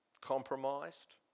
compromised